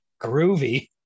Groovy